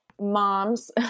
moms